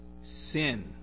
sin